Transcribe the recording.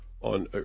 on